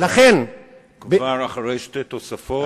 כבר אחרי שתי תוספות,